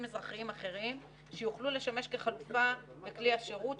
אזרחיים אחרים שיוכלו לשמש כחלופה בכלי השירות,